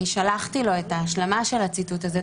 שלחתי לו את ההשלמה של הציטוט הזה,